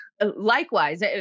Likewise